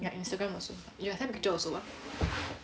ya instagram also you can send picture also lah